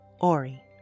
Ori